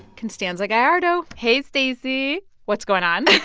constanza gallardo hey, stacey what's going on?